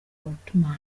ottoman